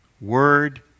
word